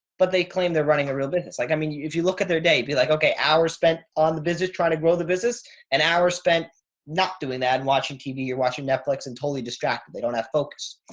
but they claim they're running a real business. like, i mean, if you look at their day and be like, okay, hours spent on the visit trying to grow the business and hour spent not doing that and watching tv, you're watching netflix and totally distracted. they don't have folks.